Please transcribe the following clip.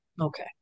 Okay